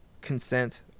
consent